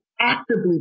Actively